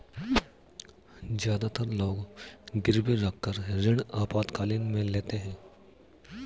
ज्यादातर लोग गिरवी रखकर ऋण आपातकालीन में लेते है